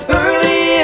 early